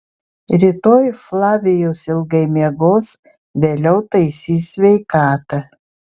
rytoj flavijus ilgai miegos vėliau taisys sveikatą